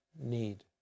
need